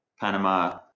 Panama